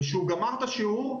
כשהוא גמר את השיעור,